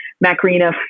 Macarena